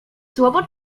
słowo